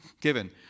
given